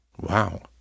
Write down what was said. Wow